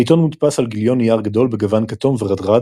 העיתון מודפס על גיליון נייר גדול בגוון כתום-ורדרד,